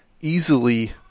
easily